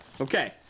Okay